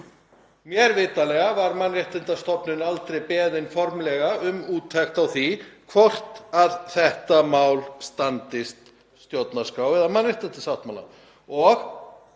Mér vitanlega var Mannréttindastofnun aldrei beðin formlega um úttekt á því hvort þetta mál stæðist stjórnarskrá eða mannréttindasáttmála.